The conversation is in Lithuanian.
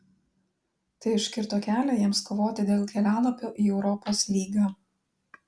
tai užkirto kelią jiems kovoti dėl kelialapio į europos lygą